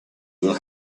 will